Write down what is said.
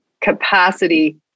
capacity